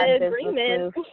agreement